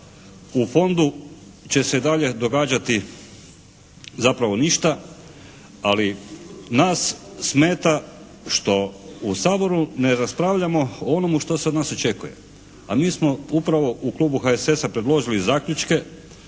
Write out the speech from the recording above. U Fondu će se i dalje događati zapravo ništa. Ali nas smeta što u Saboru ne raspravljamo o onome što se od nas očekuje. A mi smo upravo u klubu HSS-a predložili zaključke.